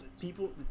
people